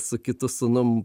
su kitu sūnum